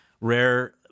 rare